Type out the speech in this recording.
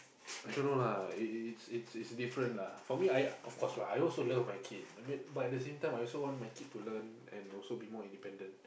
I don't know lah it it it it's it's different lah for me I of course lah I also love my kid I mean but at the same time I also want my kid to learn and also be more independent